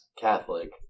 Catholic